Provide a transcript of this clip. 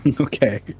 Okay